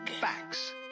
Facts